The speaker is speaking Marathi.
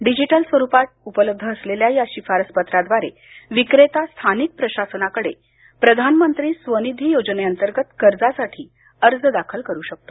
डिजिटल स्वरुपात उपलब्ध असलेल्या या शिफारस पत्राद्वारे विक्रेता स्थानिक प्रशासनाकडे प्रधानमंत्री स्वनिधी योजनेअंतर्गत कर्जासाठी अर्ज दाखल करू शकतो